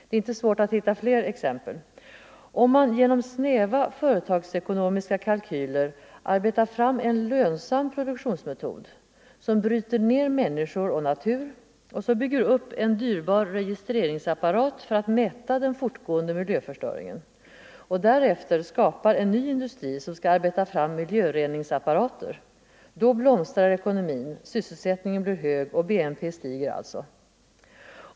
Det är inte svårt att hitta fler exempel. Om man genom snäva företagsekonomiska kalkyler arbetar fram en lönsam produktionsmetod som bryter ned människor och natur och så bygger upp en dyrbar registreringsapparat för att mäta den fortgående miljöförstöringen och därefter skapar en ny industri som skall arbeta fram miljöreningsapparater, då blomstrar ekonomin, sysselsättningen blir hög och BNP stiger alltså.